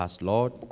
Lord